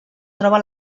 troba